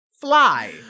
fly